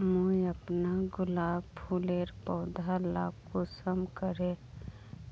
मुई अपना गुलाब फूलेर पौधा ला कुंसम करे